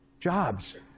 Jobs